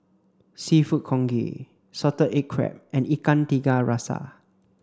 seafood congee salted egg crab and Ikan Tiga Rasa